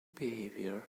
behavior